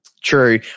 True